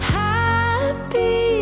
happy